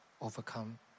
overcome